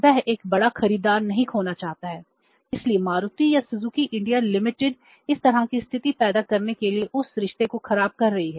वह एक बड़ा खरीदार नहीं खोना चाहता है इसलिए मारुति या सुजुकी इंडिया लिमिटेड इस तरह की स्थिति पैदा करने के लिए उस रिश्ते को खराब कर रही है